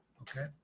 okay